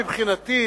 מבחינתי,